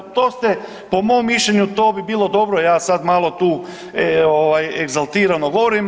To se po mom mišljenju to bi bilo dobro, ja sad malo tu egzaltirano govorim.